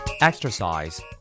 Exercise